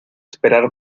esperar